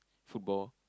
football